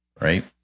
right